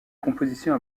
composition